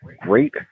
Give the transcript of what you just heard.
great